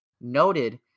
noted